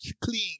clean